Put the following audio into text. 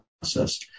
process